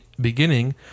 beginning